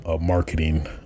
marketing